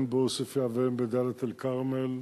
הן בעוספיא והן בדאלית-אל-כרמל,